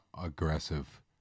aggressive